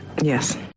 Yes